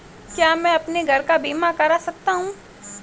क्या मैं अपने घर का बीमा करा सकता हूँ?